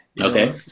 Okay